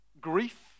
Grief